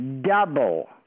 double